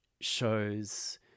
shows